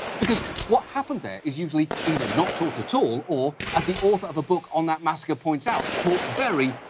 because what happened there is usually either not taught at all, or, as the author of a book on that massacre points out, taught very,